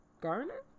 Garner